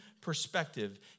perspective